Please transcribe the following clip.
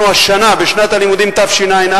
השנה, בשנת הלימודים תשע"א,